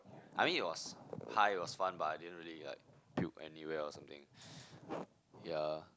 I mean it was high was fun but I didn't really like puke anywhere or something yeah